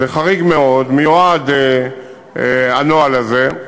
זה חריג מאוד, מיועד הנוהל הזה.